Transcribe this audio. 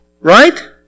Right